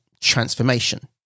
transformation